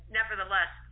nevertheless